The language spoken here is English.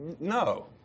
No